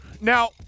Now